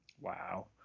wow